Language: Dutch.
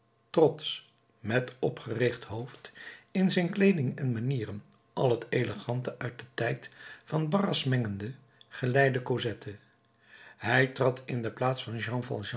trotsch met opgericht hoofd in zijn kleeding en manieren al het elegante uit den tijd van barras mengende geleidde cosette hij trad in de plaats van